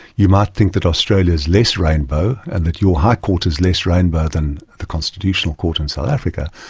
you might think that australia is less rainbow and that your high court is less rainbow than the constitutional court in south africa,